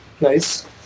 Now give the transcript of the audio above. Nice